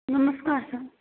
नमस्कार सर